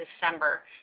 December